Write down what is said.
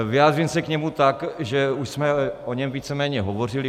Vyjádřím se k němu tak, že už jsme o něm víceméně hovořili.